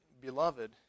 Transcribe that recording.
beloved